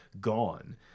gone